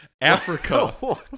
Africa